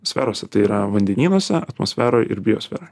sferose tai yra vandenynuose atmosferoj ir biosferoj